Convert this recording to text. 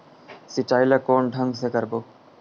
सिंचाई ल कोन ढंग से करबो?